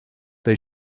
they